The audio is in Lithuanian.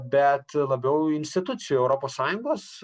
bet labiau institucijų europos sąjungos